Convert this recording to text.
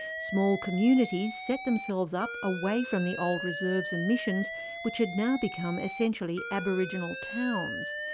small communities set themselves up away from the old reserves and missions which had now become essentially aboriginal towns.